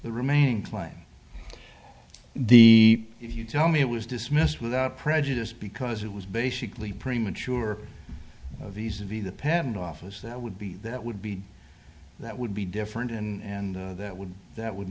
the remaining claim the if you tell me it was dismissed without prejudice because it was basically premature viz v the patent office that would be that would be that would be different and that would that would